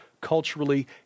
culturally